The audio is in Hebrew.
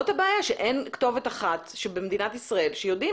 הבעיה היא שאין כתובת אחת במדינת ישראל שיודעים